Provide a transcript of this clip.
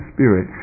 Spirit